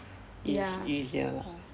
it's easier